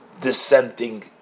dissenting